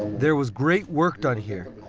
there was great work done here.